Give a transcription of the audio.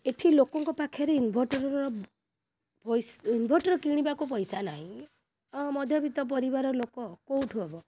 ଏଇଠି ଲୋକଙ୍କ ପାଖେରେ ଇନଭର୍ଟର୍ର ଇନଭର୍ଟର୍ କିଣିବାକୁ ପଇସା ନାହିଁ ମଧ୍ୟ୍ୟବିତ୍ତ ପରିବାରର ଲୋକ କେଉଁଠୁ ହବ